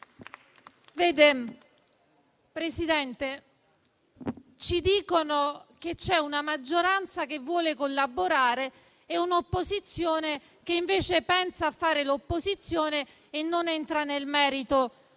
Vede, Presidente, ci dicono che c'è una maggioranza che vuole collaborare e un'opposizione che invece pensa a fare l'opposizione e non entra nel merito